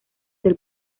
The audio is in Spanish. del